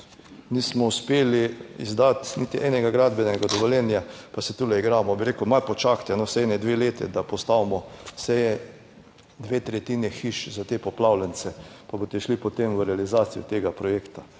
nismo uspeli izdati niti enega gradbenega dovoljenja, pa se tule igramo. Bi rekel, malo počakajte no, vsaj ene dve leti, da postavimo vsaj ene dve tretjini hiš za te poplavljence, pa boste šli potem v realizacijo tega projekta.